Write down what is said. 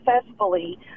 successfully